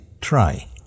try